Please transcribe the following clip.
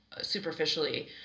superficially